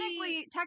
technically